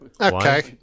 okay